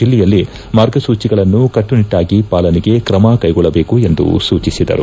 ಜಲ್ಲೆಯಲ್ಲಿ ಮಾರ್ಗಸೂಚಿಗಳನ್ನು ಕಟ್ಟುನಿಟ್ಟಾಗಿ ಪಾಲನೆಗೆ ಕ್ರಮ ಕೈಗೊಳ್ಳಬೇಕೆಂದು ಸೂಚಿಸಿದರು